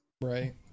Right